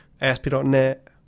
ASP.NET